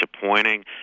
disappointing